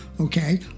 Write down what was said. okay